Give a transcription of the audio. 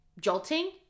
jolting